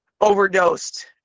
overdosed